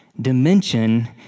dimension